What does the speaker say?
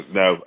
no